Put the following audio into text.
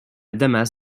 damas